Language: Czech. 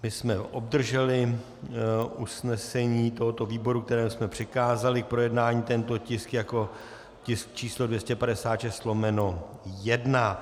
My jsme obdrželi usnesení tohoto výboru, kterému jsme přikázali k projednání tento tisk jako tisk číslo 256/1.